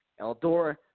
Eldora